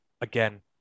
again